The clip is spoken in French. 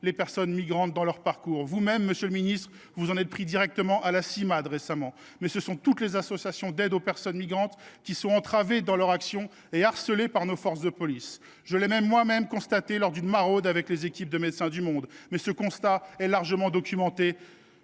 les personnes migrantes dans leur parcours. Vous même, monsieur le ministre, vous en êtes pris directement à la Cimade récemment ; mais ce sont toutes les associations d’aide aux personnes migrantes qui sont entravées dans leur action et harcelées par nos forces de police. Je l’ai moi même constaté lors d’une maraude avec les équipes de Médecins du monde, mais ce constat est largement documenté